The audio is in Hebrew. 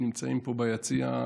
פה ביציע,